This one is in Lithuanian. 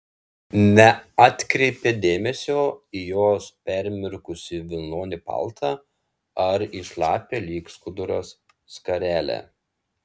neatkreipė dėmesio į jos permirkusį vilnonį paltą ar į šlapią lyg skuduras skarelę